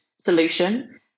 solution